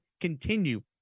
continue